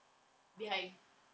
behind